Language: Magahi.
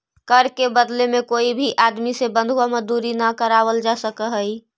कर के बदले में कोई भी आदमी से बंधुआ मजदूरी न करावल जा सकऽ हई